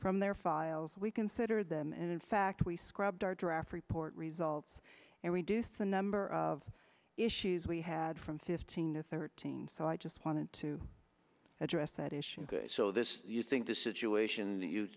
from their files we considered them and in fact we scrubbed our draft report results and reduced the number of issues we had from fifteen to thirteen so i just wanted to address that issue so this you think the situation